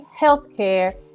healthcare